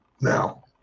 Now